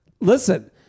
listen